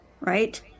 right